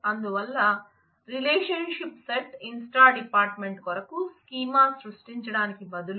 అందువల్ల relationship set inst department కొరకు schema సృష్టించడానికి బదులుగా